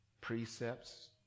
precepts